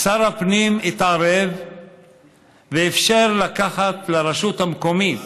שר הפנים התערב ואפשר לרשות המקומית